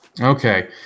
okay